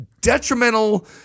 detrimental